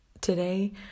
today